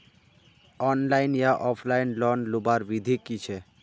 Online या offline loan लुबार विधि की छे?